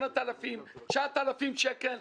8,000 שקל, 9,000 שקל.